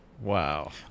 Wow